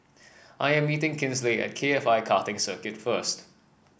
I am meeting Kinsley at K F I Karting Circuit first